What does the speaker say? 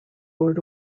word